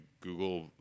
Google